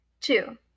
Two